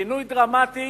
שינוי דרמטי,